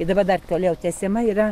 ir dabar dar toliau tęsiama yra